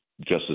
justice